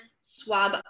swab